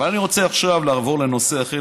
אבל אני רוצה עכשיו לעבור לנושא אחר,